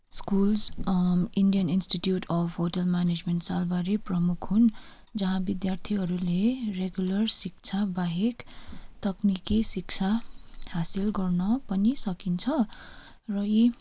schools Indian institute of hotel management Salbari प्रमुख हुन् जहाँ विद्यार्थीहरूले रेगुलर शिक्षा बाहेक तकनीकि शिक्षा हासिल गर्न पनि सकिन्छ र यही